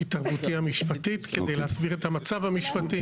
התערבותי המשפטית כדי להסביר את המצב המשפטי.